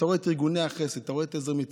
אתה רואה את ארגוני החסד,